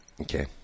Okay